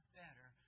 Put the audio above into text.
better